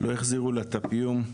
החזירו לה את הפיום,